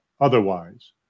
otherwise